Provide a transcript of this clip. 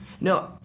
No